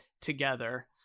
together